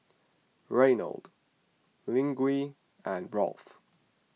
Reynold Luigi and Rolf